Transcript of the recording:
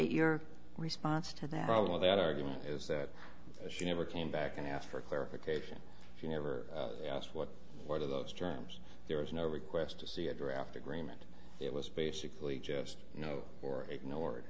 your response to that problem with that argument is that she never came back and asked for clarification if you never asked what one of those germs there was no request to see a draft agreement it was basically just you know or ignored